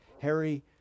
Harry